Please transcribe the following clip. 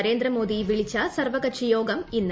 നരേന്ദ്രമോദി വിളിച്ച സർവകക്ഷിയോഗം ഇന്ന്